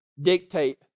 dictate